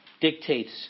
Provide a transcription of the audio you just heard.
dictates